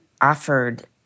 offered